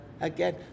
again